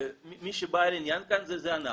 מי שבעל עניין כאן זה אנחנו,